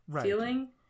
feeling